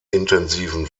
intensiven